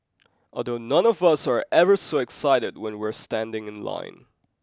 although none of us are ever so excited when we're standing in line